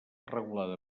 regulada